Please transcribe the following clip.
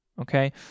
okay